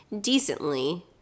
decently